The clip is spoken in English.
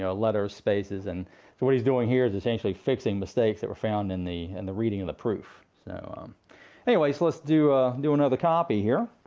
you know letters, spaces. and so what he's doing here is essentially fixing mistakes that were found in the and the reading of the proof. so um anyways, let's do do another copy here.